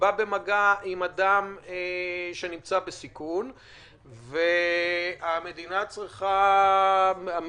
בא במגע עם אדם שנמצא בסיכון והמדינה מניחה